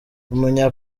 umunya